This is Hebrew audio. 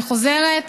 אני חוזרת: